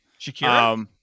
Shakira